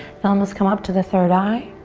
thumbs come up to the third eye.